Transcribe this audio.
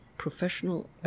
Professional